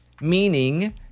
Meaning